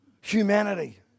humanity